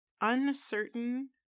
uncertain